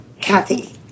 Kathy